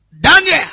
Daniel